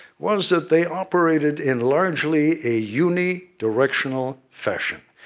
was that they operated in, largely, a unidirectional fashion.